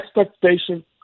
expectation